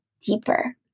deeper